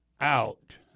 out